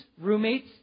roommates